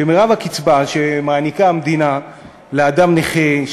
שמרב הקצבה שמעניקה המדינה לאדם נכה,